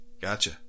Gotcha